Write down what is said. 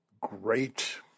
great